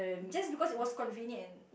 just because it was convenient